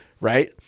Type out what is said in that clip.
Right